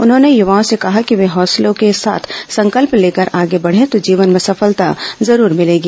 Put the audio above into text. उन्होंने युवाओं से कहा कि वे हौसलों के साथ संकल्प लेकर आगे बढ़े तो जीवन में सफलता जरूर मिलेगी